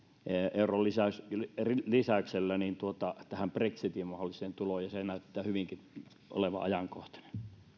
euron lisäyksellä brexitin mahdolliseen tuloon joka näyttää hyvinkin olevan ajankohtainen